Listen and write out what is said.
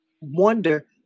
wonder